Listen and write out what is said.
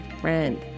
friend